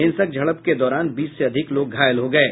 हिंसक झड़प के दौरान बीस से अधिक लोग घायल हो गये